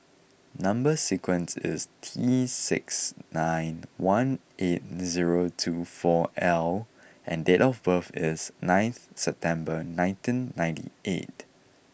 number sequence is T six nine one eight zero two four L and date of birth is nineth September nineteen ninety eight